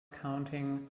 counting